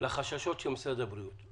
לחששות של משרד הבריאות.